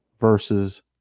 versus